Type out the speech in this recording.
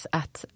att